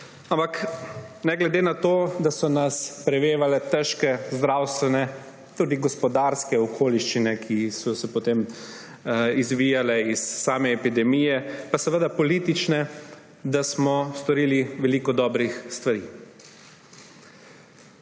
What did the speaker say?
Ampak ne glede na to, da so nas prevevale težke zdravstvene, tudi gospodarske okoliščine, ki so se potem izvijale iz same epidemije, pa seveda politične, smo storili veliko dobrih stvari.